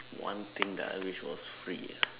one thing that I wish was free ah